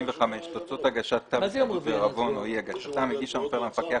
85.תוצאות הגשת כתב התחייבות ועירבון או אי הגשתם הגיש המפר למפקח